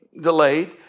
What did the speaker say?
delayed